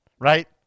right